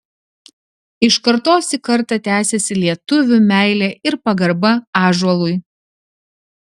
iš kartos į kartą tęsiasi lietuvių meilė ir pagarba ąžuolui